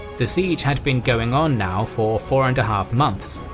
the siege had been going on now for four and a half months.